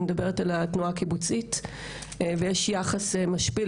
אני מדברת על התנועה הקיבוצית ויש איזה שהוא יחס משפיל